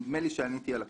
נדמה לי שעניתי על הכול.